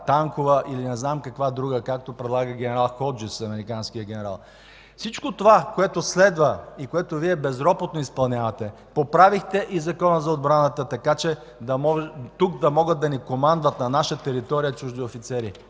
танкова или не знам каква друга бригада, както предлага ген. Ходжис – американският генерал. Всичко това, което следва и което Вие безропотно изпълнявате – поправихте и Закона за отбраната, така че тук, на наша територия, чужди офицери